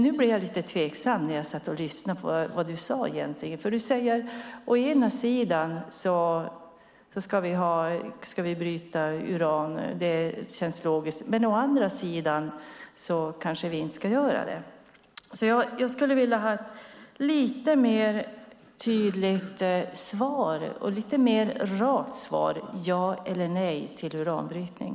Nu blev jag dock lite tveksam när jag satt och lyssnade på vad du egentligen sade, Mats Odell. Du säger å ena sidan att vi ska bryta uran och att det känns logiskt, men å andra sidan kanske vi inte ska göra det. Jag skulle alltså vilja ha ett lite mer tydligt svar och ett lite mer rakt svar på frågan: Ja eller nej till uranbrytning?